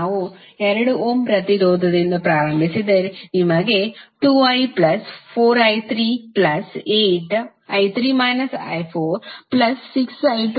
ನಾವು 2 ಓಮ್ ಪ್ರತಿರೋಧದಿಂದ ಪ್ರಾರಂಭಿಸಿದರೆ ನಿಮಗೆ 2i14i386i20 ಸಿಗುತ್ತದೆ